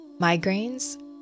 migraines